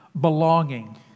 Belonging